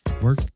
Work